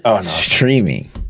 streaming